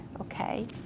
Okay